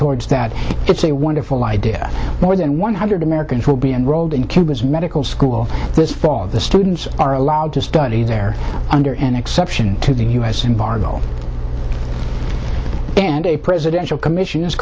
towards that it's a wonderful idea more than one hundred americans will be enrolled in cuba's medical school this fall the students are allowed to study there under an exception to the u s embargo and a presidential commission